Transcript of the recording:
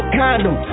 condom